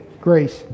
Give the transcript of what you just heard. grace